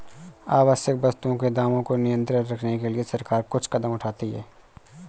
आवश्यक वस्तुओं के दामों को नियंत्रित रखने के लिए सरकार कुछ कदम उठाती है